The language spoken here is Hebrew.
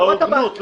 בהוגנות.